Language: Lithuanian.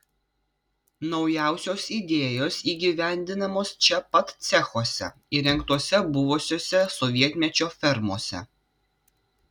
naujausios idėjos įgyvendinamos čia pat cechuose įrengtuose buvusiose sovietmečio fermose